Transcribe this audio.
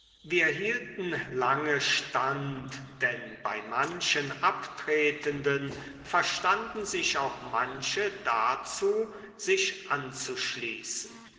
wir hielten lange stand denn bei manchen abtretenden verstanden sich auch manche dazu sich anzuschließen